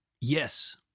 Yes